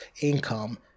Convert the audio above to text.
income